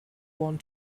want